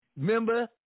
Remember